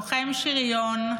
לוחם שריון,